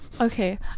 okay